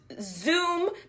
Zoom